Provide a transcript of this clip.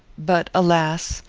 but, alas!